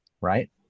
right